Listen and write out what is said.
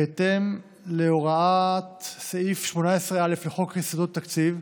בהתאם להוראת סעיף 18(א) לחוק יסודות התקציב,